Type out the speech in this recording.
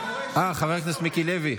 חבר הכנסת מיקי לוי,